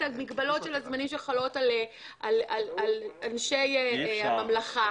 המגבלות של הזמנים שחלות על אנשי הממלכה,